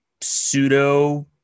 pseudo